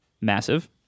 massive